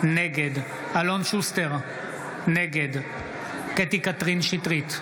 נגד אלון שוסטר, נגד קטי קטרין שטרית,